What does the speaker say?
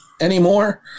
anymore